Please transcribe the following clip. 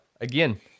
again